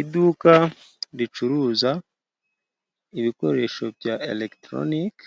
Iduka ricuruza ibikoresho bya elegitoroniki